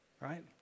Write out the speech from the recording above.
Right